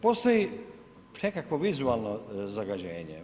Postoji nekakvo vizualno zagađenje.